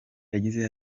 yagize